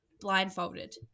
Blindfolded